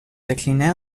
déclinées